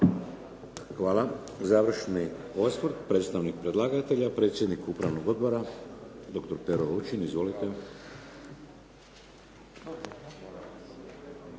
Hvala. Završni osvrt, predstavnik predlagatelja, predsjednik upravnog odbora, doktor Pero Lučin. Izvolite.